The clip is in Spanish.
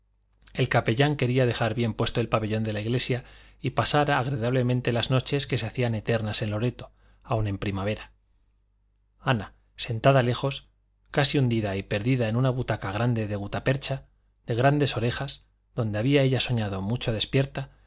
el capellán quería dejar bien puesto el pabellón de la iglesia y pasar agradablemente las noches que se hacían eternas en loreto aun en primavera ana sentada lejos casi hundida y perdida en una butaca grande de gutapercha de grandes orejas donde había ella soñado mucho despierta